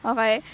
Okay